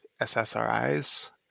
SSRIs